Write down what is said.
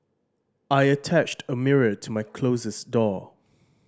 I attached a mirror to my closet door